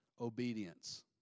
Obedience